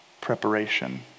preparation